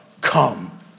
Come